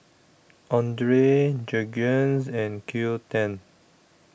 Andre Jergens and Qoo ten